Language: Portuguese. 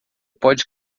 pode